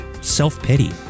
self-pity